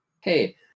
hey